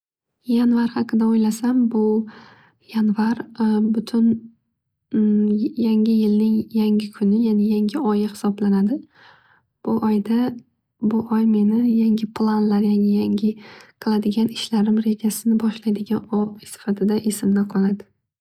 Yanvar haqida o'ylasam bu yanvar butun yangi yilning yangi kuni yani oyi hisoblanadi. Bu oyda bu oy meni yangi planlar va yangi qiladigan ishlarim rjasini boshlaydigan oy sifatida esimda qoladi.